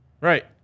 Right